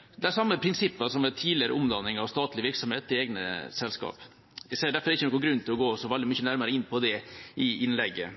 følger de samme prinsippene som ved tidligere omdanning av statlige virksomheter til egne selskaper. Jeg ser derfor ikke noen grunn til å gå nærmere inn på det i dette innlegget.